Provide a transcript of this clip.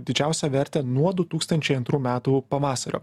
didžiausią vertę nuo du tūkstančiai antrų metų pavasario